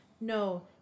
No